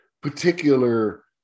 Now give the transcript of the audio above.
particular